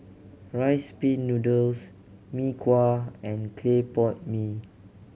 Rice Pin Noodles Mee Kuah and clay pot mee